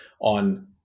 on